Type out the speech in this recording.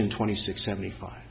in twenty six seventy five